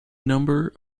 number